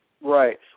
Right